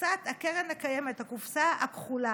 קופסת הקרן הקיימת, הקופסה הכחולה,